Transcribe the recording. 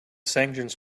sanctions